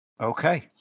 Okay